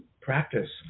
practice